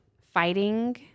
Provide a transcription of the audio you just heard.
fighting